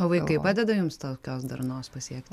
o vaikai padeda jums tokios darnos pasiekti